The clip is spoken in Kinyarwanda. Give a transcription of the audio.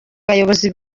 bayobozi